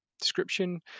description